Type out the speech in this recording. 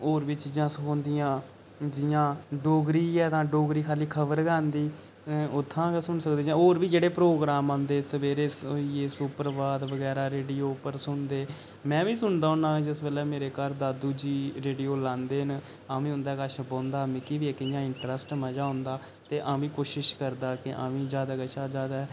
होर बी चीज़ां सखोंदियां जियां डोगरी ऐ तां डोगरी दी खाल्ली खबर गै आंदी उत्थां दा गै सुनी सकदे हो जां होर बी जेह्ड़े प्रोग्राम आंदे सबेरे सुप्रवात बगैरा रेडियो उप्पर सुनदे में बी सुनदा होन्नां जिस बेल्लै मेरे घर दादू जी रेडियो लांदे न तां में उंदे कश बौंह्दा हा मिगी बी इक इयां इंटरेस्ट मजा औंदा ते अ'ऊं बी कोशिश करदा हा कि अ'ऊं बी ज्यादा कशा ज्यादा